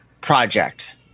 project